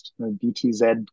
btz